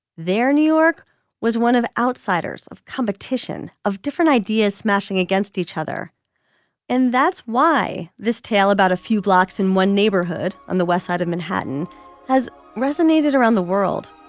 their new york was one of outsiders of competition of different ideas smashing against each other and that's why this tale about a few blocks in one neighborhood on the west side of manhattan has resonated around the world.